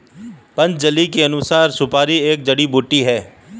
पतंजलि के अनुसार, सुपारी एक जड़ी बूटी है